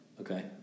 Okay